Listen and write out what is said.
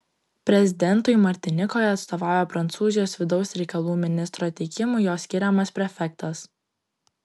prezidentui martinikoje atstovauja prancūzijos vidaus reikalų ministro teikimu jo skiriamas prefektas